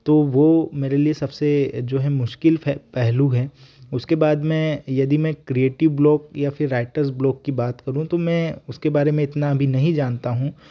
तो वो मेरे लिए सबसे जो है मुश्किल फ़ै पहलू हैं उसके बाद में यदि मैं क्रिएटिव ब्लॉग या फ़िर राइटर्स ब्लॉग की बात करूँ तो मैं उसके बारे में इतना अभी नहीं जानता हूँ